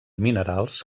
minerals